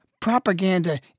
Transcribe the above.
propaganda